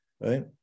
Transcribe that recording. right